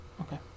Okay